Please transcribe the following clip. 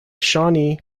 shawnee